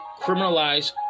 Criminalize